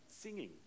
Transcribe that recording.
singing